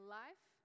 life